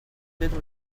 être